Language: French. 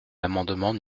l’amendement